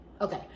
Okay